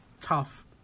Tough